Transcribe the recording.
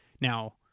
now